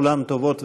כולן טובות וחשובות.